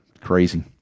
crazy